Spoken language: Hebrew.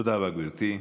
תודה רבה, גברתי.